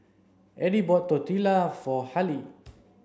Eddy bought Tortilla for Haleigh